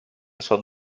son